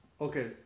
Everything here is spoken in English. okay